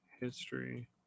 History